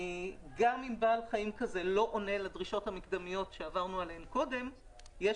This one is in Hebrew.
גם אם בעל חיים כזה לא עונה על הדרישות המקדמיות שעברנו עליהן קודם יש